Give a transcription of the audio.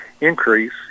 increase